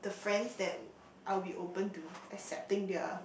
the friends that I would be open to accepting their